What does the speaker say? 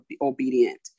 obedient